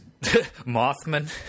Mothman